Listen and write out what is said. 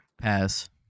Pass